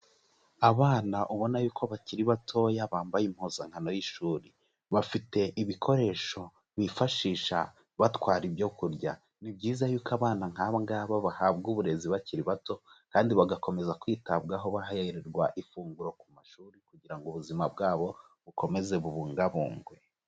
Abana ubona yuko ko bakiri batoya bambaye impuzankano y'ishuri. Bafite ibikoresho bifashisha batwara ibyo kurya. Ni byiza yuko abana nk'aba ngaba bahabwa uburezi bakiri bato, kandi bagakomeza kwitabwaho bahererwa ifunguro ku mashuri, kugira ngo ubuzima bwabo bukomeze bubungabungwe.